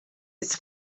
its